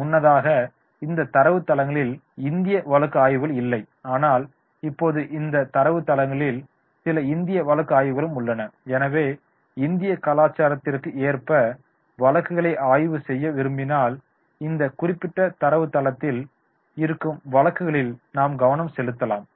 முன்னதாக இந்த தரவுத்தளங்களில் இந்திய வழக்கு ஆய்வுகள் இல்லை ஆனால் இப்போது இந்த தரவுத்தளங்களில் சில இந்திய வழக்கு ஆய்வுகளும் உள்ளன எனவே இந்திய கலாச்சாரத்திற்கு ஏற்ப வழக்குகளை ஆய்வு செய்ய விரும்பினால் இந்த குறிப்பிட்ட தரவுத்தளத்தில் இருக்கும் வழக்குகளில் நாம் கவனம் செலுத்தலாம்